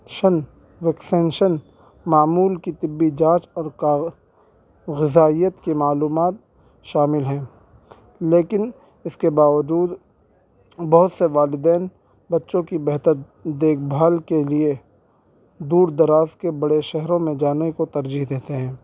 شن ویکسنشن معمول کی طبی جانچ اور غذائیت کی معلومات شامل ہیں لیکن اس کے باوجود بہت سے والدین بچوں کی بہتر دیکھ بھال کے لیے دور دراز کے بڑے شہروں میں جانے کو ترجیح دیتے ہیں